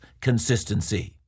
consistency